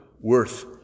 worth